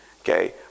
okay